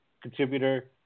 contributor